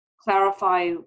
clarify